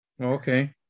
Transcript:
Okay